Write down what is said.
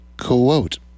Quote